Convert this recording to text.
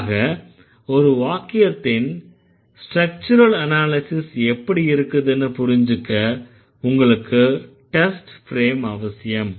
ஆக ஒரு வாக்கியத்தின் ஸ்ட்ரக்சுரல் அனாலிஸிஸ் எப்படி இருக்குதுன்னு புரிஞ்சுக்க உங்களுக்கு டெஸ்ட் ஃப்ரேம் அவசியம்